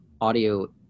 audio